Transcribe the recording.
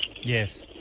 Yes